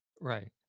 right